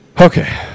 Okay